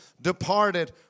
departed